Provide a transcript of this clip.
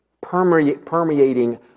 permeating